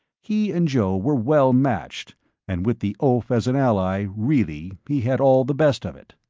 he and joe were well matched and with the oaf as an ally really he had all the best of it.